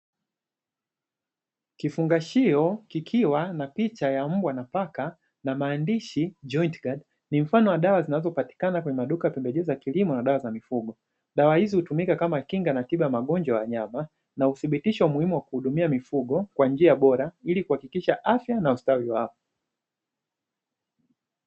Kifungashio kikiwa na picha ya mbwa na paka na maandishi "JointGuard" ni mfano wa dawa zinazopatikana kwenye maduka ya pembejeo za kilimo na dawa za mifugo. Dawa hizi hutumika kama kinga na tiba ya magonjwa ya wanyama na huthibitisha umuhimu wa kuhudumia mifugo kwa njia bora ili kuhakikisha afya na ustawi wao.